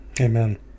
Amen